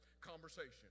conversation